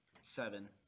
Seven